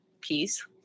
peace